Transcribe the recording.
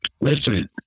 Listen